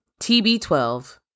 TB12